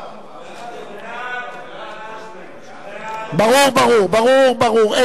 החלטת ועדת הכספים בדבר אישור